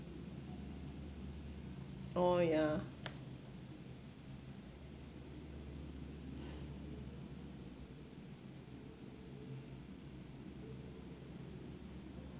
oh yeah